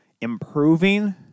improving